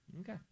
Okay